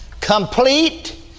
complete